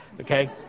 Okay